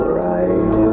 right